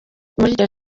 iryo